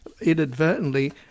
inadvertently